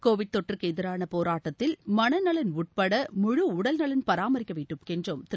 Covid தொற்றுக்கு எதிரான போராட்டத்தில் மனநலன் உட்பட முழு உடல்நலன் பராமரிக்க வேண்டும் என்று திரு